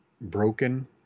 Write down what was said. broken